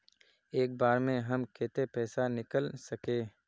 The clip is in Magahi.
एक बार में हम केते पैसा निकल सके?